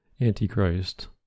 Antichrist